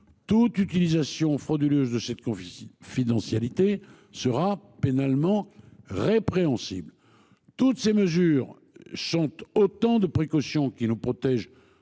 toute utilisation frauduleuse de la mention « confidentiel » sera pénalement répréhensible. Toutes ces mesures sont autant de précautions qui nous protègent